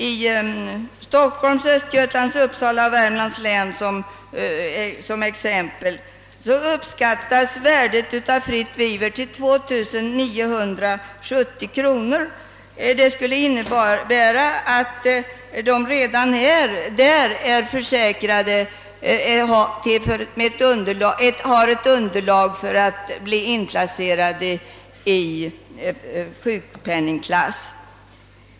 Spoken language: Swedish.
I Stockholms, Östergötlands, Uppsala och Värmlands län uppskattas värdet av fritt vivre till 2970 kronor om året, vilket skulle innebära att hemmadöttrarna redan därigenom har rätt att vara försäkrade och har ett underlag för att bli inplacerade i sjukpenningklass.